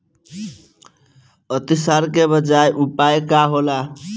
अतिसार से बचाव के उपाय का होला?